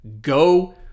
go